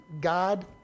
God